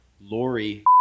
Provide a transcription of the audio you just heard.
Lori